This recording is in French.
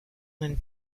même